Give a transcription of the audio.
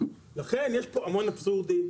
לכן יש פה המון אבסורדים,